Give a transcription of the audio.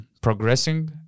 progressing